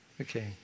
Okay